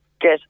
get